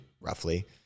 roughly